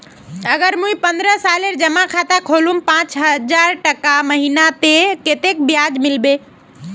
अगर मुई पन्द्रोह सालेर जमा खाता खोलूम पाँच हजारटका महीना ते कतेक ब्याज मिलबे?